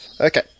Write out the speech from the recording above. Okay